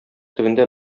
төбендә